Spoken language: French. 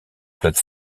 plate